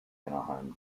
anaheim